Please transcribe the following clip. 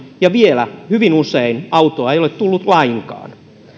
ja vielä hyvin usein autoa ei ole tullut lainkaan